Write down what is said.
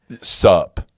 Sup